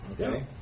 okay